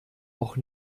auch